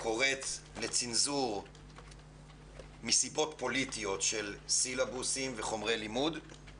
קוראת לצנזור מסיבות פוליטיות של סילבוסים וחומרי לימוד,